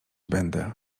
będę